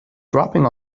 dropping